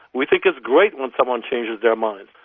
we think it's great when someone changes their mind.